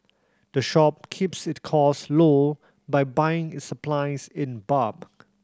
the shop keeps it costs low by buying its supplies in bulk